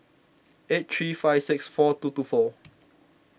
eight three five six four two two four